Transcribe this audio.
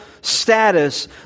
status